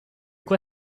quoi